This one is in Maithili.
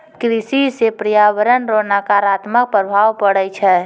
कृषि से प्रर्यावरण रो नकारात्मक प्रभाव पड़ै छै